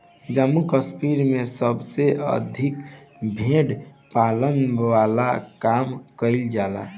जम्मू कश्मीर में सबसे अधिका भेड़ पालन वाला काम कईल जाला